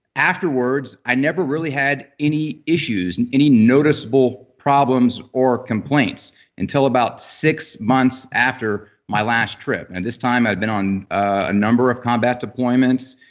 afterwards, i never really had any issues, and any noticeable problems or complaints until about six months after my last trip. and this time, i had been on a number of combat deployments.